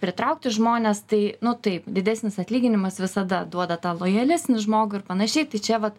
pritraukti žmones tai nu taip didesnis atlyginimas visada duoda tą lojalesnį žmogų ir panašiai tai čia vat